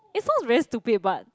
it sounds very stupid but